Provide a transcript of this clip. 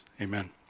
Amen